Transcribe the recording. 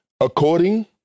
According